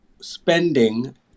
spending